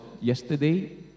yesterday